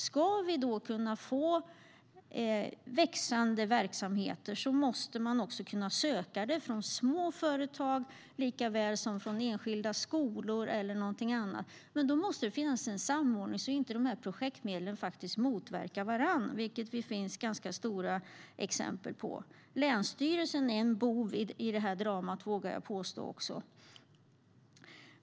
Ska vi kunna få växande verksamheter måste man kunna söka medel till små företag likaväl som till enskilda skolor eller någonting annat. Men då måste det finnas en samordning så att de här projektmedlen inte motverkar varandra, vilket det finns ganska många exempel på. Länsstyrelsen är också en bov i det här dramat, vågar jag påstå.